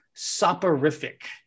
soporific